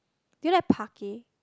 do you like parquet